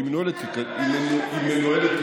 והיא מנוהלת,